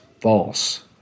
false